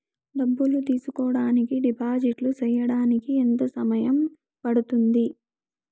డబ్బులు తీసుకోడానికి డిపాజిట్లు సేయడానికి ఎంత సమయం పడ్తుంది